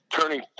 turning